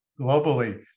Globally